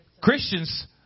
Christians